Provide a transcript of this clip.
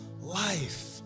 life